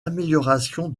amélioration